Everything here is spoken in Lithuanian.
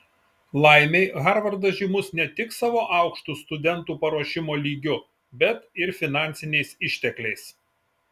laimei harvardas žymus ne tik savo aukštu studentų paruošimo lygiu bet ir finansiniais ištekliais